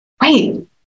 wait